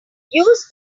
use